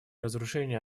разоружение